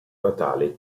natale